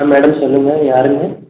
ஆ madam சொல்லுங்கள் யாருங்க